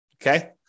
Okay